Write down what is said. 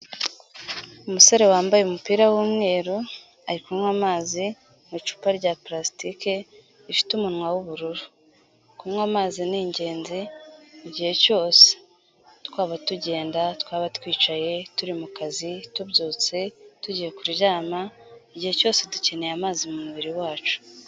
Umusore wambaye umupira w'umweru ari kunywa amazi mu icupa rya pulasitike rifite umunwa w'ubururu, kunywa amazi ni ingenzi igihe cyose twaba tugenda, twaba twicaye, turi mu kazi, tubyutse, tugiye kuryama, igihe cyose dukeneye amazi mu mubiri wacu.